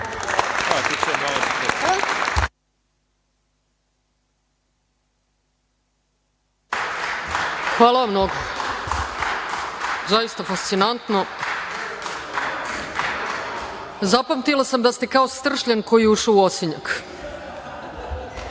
Hvala vam mnogo. Zaista fascinantno. Zapamtila sam da ste kao stršljen koji je ušao u osinjak. Reč ima